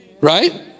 Right